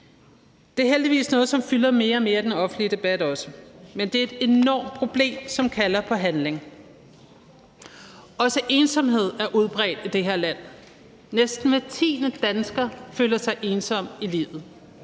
Det er heldigvis noget, som også fylder mere og mere i den offentlige debat, men det er et enormt problem, som kalder på handling. Også ensomhed er udbredt i det her land. Næsten hver tiende dansker føler sig ensom i livet.